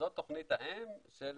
זאת תוכנית האם של